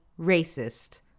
racist